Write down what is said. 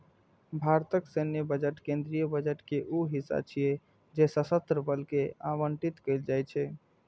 भारतक सैन्य बजट केंद्रीय बजट के ऊ हिस्सा छियै जे सशस्त्र बल कें आवंटित कैल जाइ छै